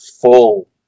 full